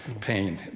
pain